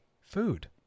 food